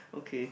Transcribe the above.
okay